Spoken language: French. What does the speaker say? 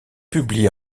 publiée